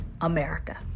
America